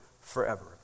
forever